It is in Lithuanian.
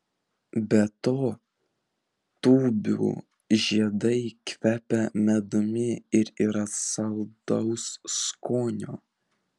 be to tūbių žiedai kvepia medumi ir yra saldaus skonio